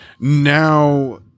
now